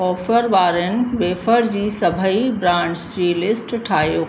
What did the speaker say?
offer वारनि wafer जी सभई ब्रांड्स जी लिस्ट ठाहियो